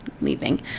leaving